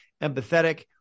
empathetic